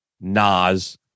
Nas